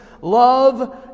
love